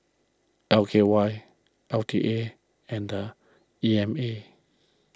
L K Y L T A and E M A